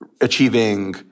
achieving